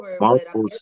multiple